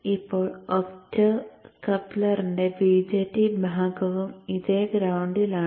ഇപ്പോൾ ഒപ്റ്റോകപ്ലറിന്റെ BJT ഭാഗവും ഇതേ ഗ്രൌണ്ടിലാണ്